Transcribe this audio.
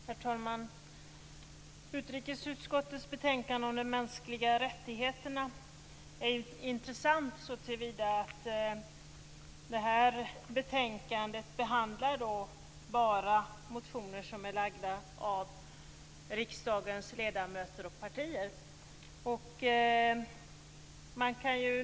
Herr talman! Utrikesutskottets betänkande om de mänskliga rättigheterna är intressant såtillvida att det behandlar bara motioner som är väckta av riksdagens ledamöter och partier.